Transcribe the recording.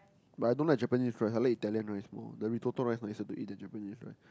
but I don't like Japanese rice I like Italian rice more the Risotto rice nicer to eat than Japanese rice